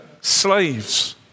slaves